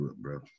bro